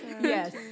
Yes